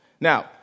Now